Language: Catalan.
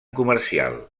comercial